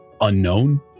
unknown